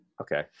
Okay